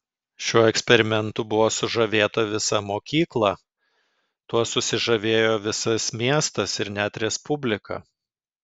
šiuo eksperimentu buvo sužavėta visa mokyklą tuo susižavėjo visas miestas ir net respublika